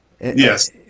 Yes